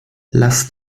lass